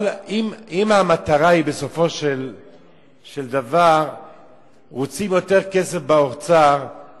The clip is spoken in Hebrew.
אם בסופו של דבר באוצר רוצים יותר כסף מהחולים,